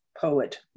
poet